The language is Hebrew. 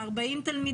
של 40 תלמידים,